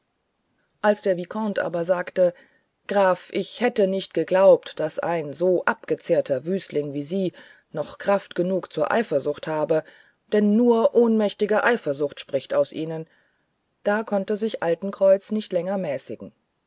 als der vicomte aber sagte graf ich hätte nicht geglaubt daß ein so abgezehrter wüstling wie sie noch kraft genug zur eifersucht habe denn nur ohnmächtige eifersucht spricht aus ihnen da konnte sich auch altenkreuz nicht länger mäßigen